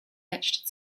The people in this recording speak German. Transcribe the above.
letzten